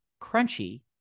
crunchy